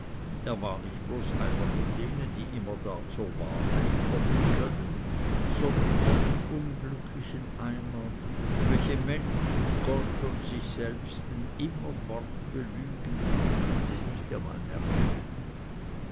er war nicht bloß von denen einer die nimmerdar zur wahrheit kommen können sondern von den unglücklichen einer welche menschen gott und sich selbsten immerfort belügen und es nicht einmal merken